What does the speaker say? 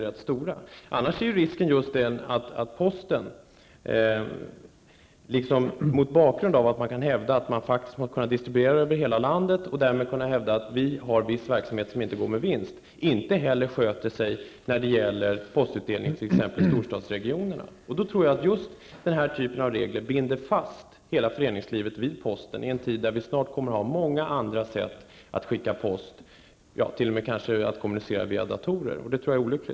Det finns en risk att posten, mot bakgrund av att man kan hävda att man faktiskt måste distribuera post över hela landet och därmed bedriver en verksamhet som inte går med vinst, inte heller sköter sig när det gäller postutdelningen i t.ex. Jag tror att denna typ av regler binder fast hela föreningslivet vid posten och det i en tid när det snart kommer att finnas många sätt att skicka post, t.o.m. att kunna kommunicera med hjälp av datorer.